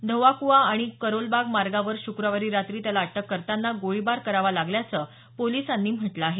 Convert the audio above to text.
धौला कुआँ आणि करोल बाग मार्गावर श्क्रवारी रात्री त्याला अटक करताना गोळीबार करावा लागल्याचं पोलिसांनी म्हटलं आहे